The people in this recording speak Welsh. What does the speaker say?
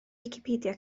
wicipedia